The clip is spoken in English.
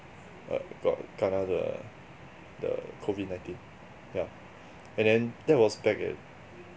err got kena the the COVID nineteen yeah and then that was back at